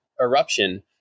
eruption